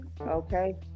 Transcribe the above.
okay